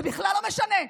זה בכלל לא משנה.